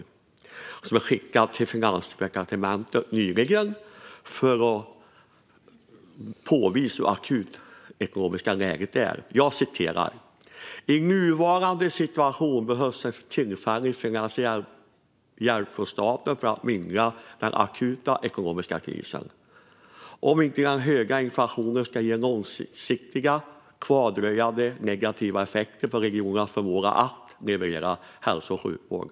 Den skickades nyligen till Finansdepartementet för att påvisa hur akut det ekonomiska läget är. Där skriver man: I nuvarande situation behövs det tillfällig finansiell hjälp från staten för att mildra den akuta ekonomiska krisen om inte den höga inflationen ska ge långsiktiga kvardröjande negativa effekter på regionernas förmåga att leverera hälso och sjukvård.